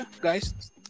guys